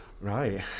Right